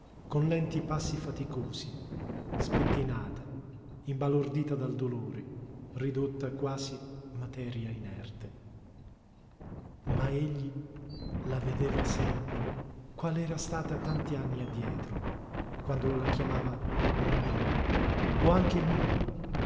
con lenti passi faticosí spettinata imbalordita dal dolore ridotta quasi materia inerte ma egli la vedeva sempre quale era stata tanti anni addietro quando la chiamava mommina o anche mummi